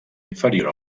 inferior